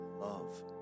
love